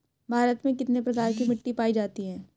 भारत में कितने प्रकार की मिट्टी पाई जाती हैं?